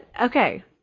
Okay